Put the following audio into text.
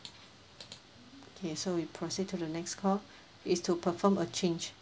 okay so we proceed to the next call is to perform a change